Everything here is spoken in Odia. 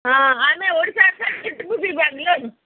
ହଁ ଆମେ ଓଡ଼ିଶା ବୁଝିପାରିଲଣି